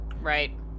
Right